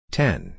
ten